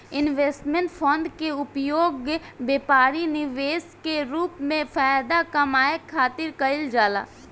investment fund के उपयोग व्यापारी निवेश के रूप में फायदा कामये खातिर कईल जाला